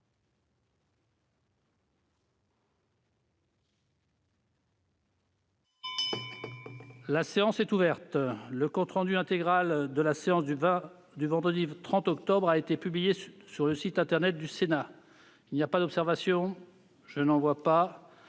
La séance est ouverte. Le compte rendu intégral de la séance du vendredi 30 octobre 2020 a été publié sur le site internet du Sénat. Il n'y a pas d'observation ?...